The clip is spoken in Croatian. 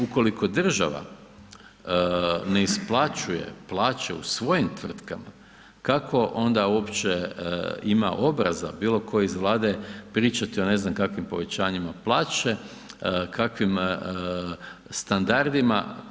Ukoliko država ne isplaćuje plaće u svojim tvrtkama, kako onda uopće ima obraza bilo tko iz Vlade, pričati o ne znam kakvim povećanjima plaće, kakvim standardima.